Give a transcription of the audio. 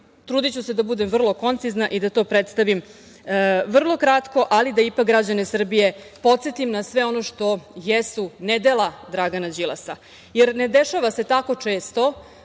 trudiću se da budem vrlo koncizna i da to prestavim vrlo kratko, ali da ipak građane Srbije podsetim na sve ono što jesu nedela Dragana Đilasa, jer ne dešava je tako često